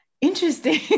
Interesting